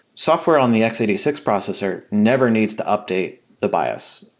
software on the x eight six processor never needs to update the bias,